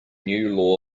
new